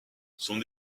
sont